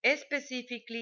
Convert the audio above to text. Specifically